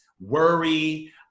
worry